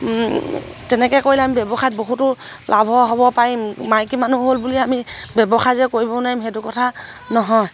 তেনেকৈ কৰিলে আমি ব্যৱসায়ত বহুতো লাভ হ'ব পাৰিম মাইকী মানুহ হ'ল বুলি আমি ব্যৱসায় যে কৰিব নোৱাৰিম সেইটো কথা নহয়